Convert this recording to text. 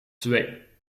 twee